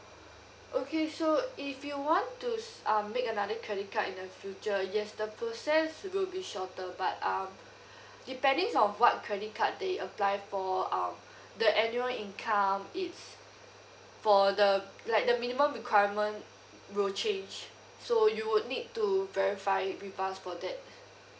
okay so if you want to um make another credit card in the future yes the process will be shorter but um depending on what credit card that you apply for um the annual income it's for the like the minimum requirement will change so you would need to verify it with us for that